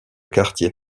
quartier